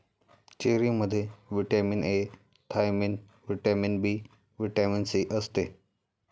चेरीमध्ये vitamin A, thiamine, vitamin B, vitamin C असते